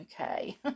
Okay